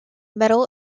medal